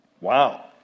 Wow